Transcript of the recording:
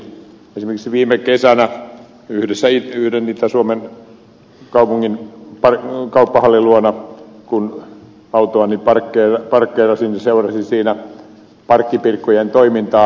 esimerkiksi viime kesänä kun yhden itä suomen kaupungin kauppahallin luona autoani parkkeerasin seurasin siinä parkkipirkkojen toimintaa